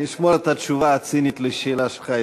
אני אשמור את התשובה הצינית על השאלה שלך אצלי.